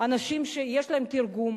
אנשים שיש להם תרגום,